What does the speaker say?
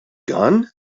gun